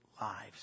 lives